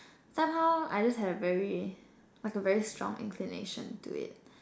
somehow I just have a very like a very strong inclination to do it